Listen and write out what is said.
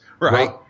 Right